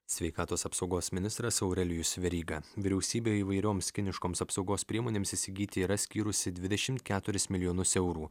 sveikatos apsaugos ministras aurelijus veryga vyriausybė įvairioms kiniškoms apsaugos priemonėms įsigyti yra skyrusi dvidešimt keturis milijonus eurų